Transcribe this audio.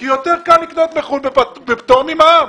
כי יותר קל לקנות בחוץ לארץ בפטור ממע"מ.